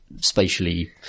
spatially